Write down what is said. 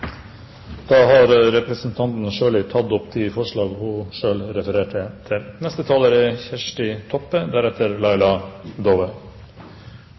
Da har representanten Solveig Horne tatt opp de forslag hun refererte til. Det er